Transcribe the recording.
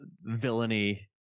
villainy